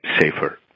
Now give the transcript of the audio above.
safer